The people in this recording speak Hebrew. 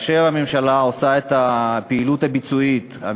הממשלה עושה את הפעילות הביצועית,